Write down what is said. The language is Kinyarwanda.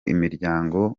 imiryango